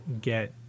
get